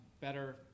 better